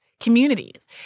communities